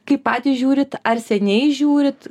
kai patys žiūrit ar seniai žiūrit